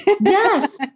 Yes